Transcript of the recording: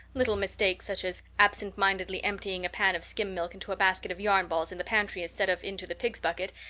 little mistakes, such as absentmindedly emptying a pan of skim milk into a basket of yarn balls in the pantry instead of into the pigs' bucket,